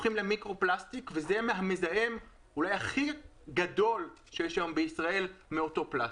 הופכים למיקרו פלסטיק וזה המזהם הכי גדול שיש היום בישראל מאותו פלסטיק.